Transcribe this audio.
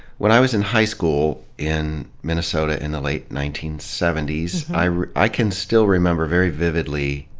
when i was in high school, in minnesota in the late nineteen seventy s, i i can still remember very vividly